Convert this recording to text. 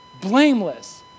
blameless